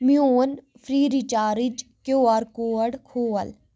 میون free recharge Q R code کھول